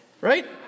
right